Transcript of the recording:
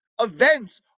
events